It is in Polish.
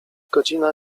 godzina